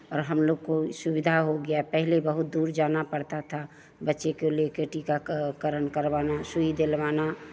और हम लोग को सुविधा हो गया है पहले बहुत दूर जाना पड़ता था बच्चे को ले के टीकाकरण करवाना सुई दिलवाना